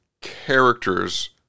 characters